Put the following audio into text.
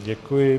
Děkuji.